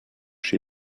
she